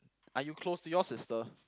are you close to your sister